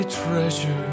treasure